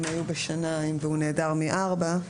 אם הוא יותר מארבע והוא נעדר מארבע,